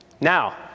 Now